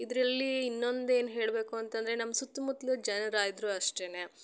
ಇದ್ರಲ್ಲಿ ಇನ್ನೊಂದು ಏನು ಹೇಳಬೇಕು ಅಂತಂದರೆ ನಮ್ಮ ಸುತ್ತ ಮುತ್ತಲು ಜನರಾದರು ಅಷ್ಟೆ